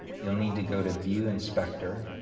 you'll need to go to view inspector